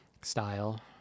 style